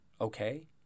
okay